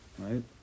Right